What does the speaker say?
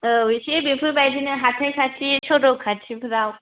औ एसे बेफोरबादिनो हाथाय खाथि सरग खाथिफ्राव